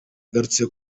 ngarutse